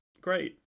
great